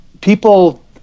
people